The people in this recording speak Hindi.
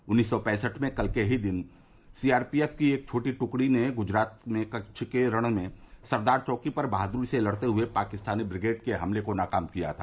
उन्नीस सौ पैंसठ में कल के ही दिन सीआरपीएफ की एक छोटी ट्कड़ी ने गुजरात में कच्छ के रण में सरदार चौकी पर बहादुरी से लड़ते हुए पाकिस्तानी ब्रिगेड के हमले को नाकाम किया था